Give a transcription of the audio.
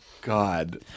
God